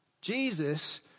Jesus